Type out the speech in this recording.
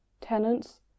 tenants